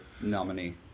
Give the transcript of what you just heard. nominee